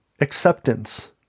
acceptance